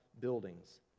buildings